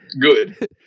good